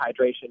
hydration